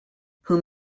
whom